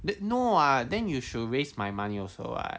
eh no what then you should raise my money also what